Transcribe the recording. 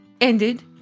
ended